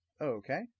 Okay